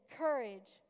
courage